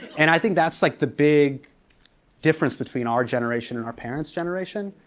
and i think that's like the big difference between our generation and our parents' generation.